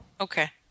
Okay